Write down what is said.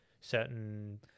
certain